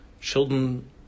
children